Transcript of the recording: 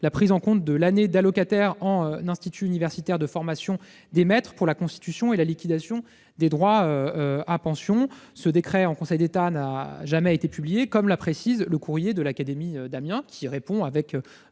la prise en compte de l'année d'allocataire en institut universitaire de formation des maîtres pour la constitution et la liquidation des droits à pension, n'a jamais été publié, comme le précise le courrier de l'académie d'Amiens. Il faut